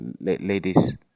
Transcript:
ladies